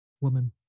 woman